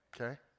Okay